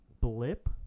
Blip